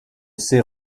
ces